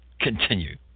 Continue